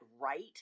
right